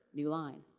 new line,